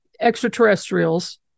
extraterrestrials